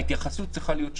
ההתייחסות צריכה להיות שונה.